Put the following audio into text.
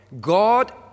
god